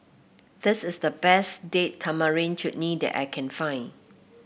this is the best Date Tamarind Chutney that I can find